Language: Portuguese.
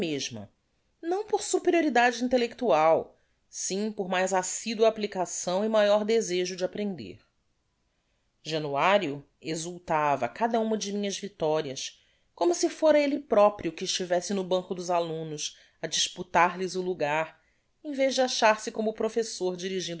mesma não por superioridade intellectual sim por mais assidua applicação e maior desejo de aprender januario exhultava à cada uma de minhas victorias como se fôra elle proprio que estivesse no banco dos alumnos á disputar lhes o logar em vez de achar-se como professor dirigindo